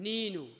Nino